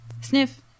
Sniff